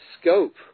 scope